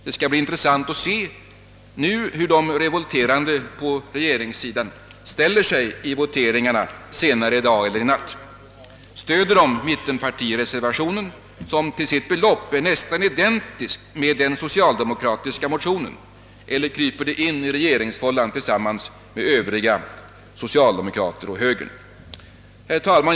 Det skall nu bli intressant att se hur de revolterande: i regeringspartiet ställer sig vid voteringen senare i kväll eller i natt. Kommer de att stödja mittenpartiernas reservation, där det yrkas på ett anslag som är nästan identiskt med det anslag som föreslogs i den socialdemokratiska motionen, eller kommer de att krypa in i regeringsfållan tillsammans med övriga socialdemokrater och högerledamöterna? Herr talman!